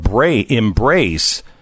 embrace